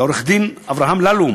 לעורך-דין אברהם ללום